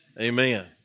Amen